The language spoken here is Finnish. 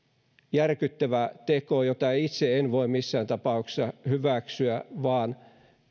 järkyttävä teko jota itse en voi missään tapauksessa hyväksyä vaan